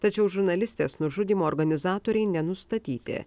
tačiau žurnalistės nužudymo organizatoriai nenustatyti